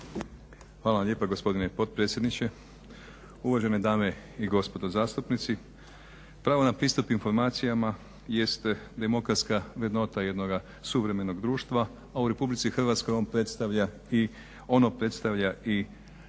vam lijepa gospodine potpredsjedniče. Uvažene dame i gospodo zastupnici pravo na pristup informacijama jeste demokratska vrednota jednoga suvremenog društva, a u RH ono predstavlja i ustavnu